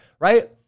right